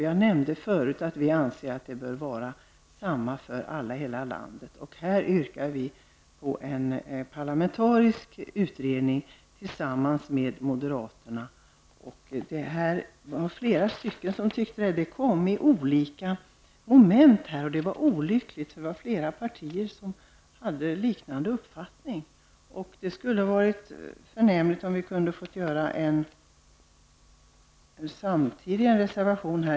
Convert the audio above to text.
Jag nämnde förut att vi anser att det bör vara samma KBT för alla i hela landet, och vi yrkar tillsammans med moderaterna på en parlamentarisk utredning. Den här frågan kom i olika moment, och det var olyckligt, för det var flera partier som hade liknande uppfattning. Det skulle ha varit förnämligt om vi kunnat avge en samlad reservation.